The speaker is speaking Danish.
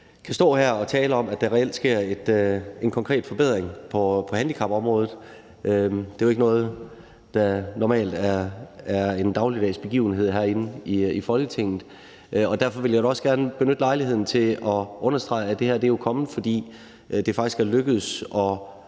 kan stå her og tale om, at der reelt sker en konkret forbedring på handicapområdet. Det er ikke noget, der normalt er en dagligdags begivenhed herinde i Folketinget, og derfor vil jeg da også gerne benytte lejligheden til at understrege, at det her jo er kommet, fordi det faktisk lykkedes at